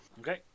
Okay